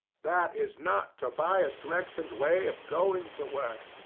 that is not tobias gregson's way of going to work.